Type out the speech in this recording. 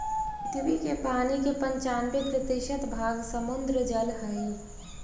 पृथ्वी के पानी के पनचान्बे प्रतिशत भाग समुद्र जल हई